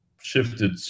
shifted